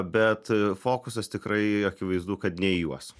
bet fokusas tikrai akivaizdu kad ne į juos